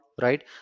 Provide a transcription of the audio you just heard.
right